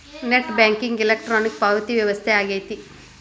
net banking electronic ಪಾವತಿ ವ್ಯವಸ್ಥೆ ಆಗೆತಿ